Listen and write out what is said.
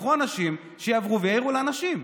קחו אנשים שיעברו ויעירו לאנשים.